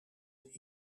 een